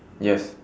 yes